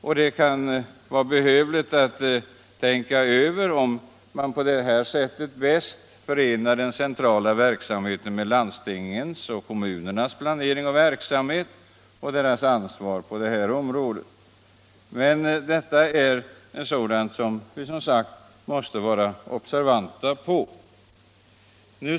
Man kan också behöva tänka över om man på detta sätt bäst förenar den centrala verksamheten med landstingens och kommunernas planering och verksamhet samt deras ansvar på detta område. Allt detta är sådant som vi måste vara observanta på.